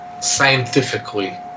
scientifically